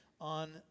on